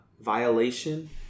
violation